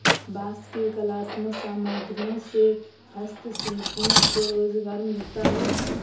बाँस की कलात्मक सामग्रियों से हस्तशिल्पियों को रोजगार मिलता है